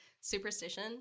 superstition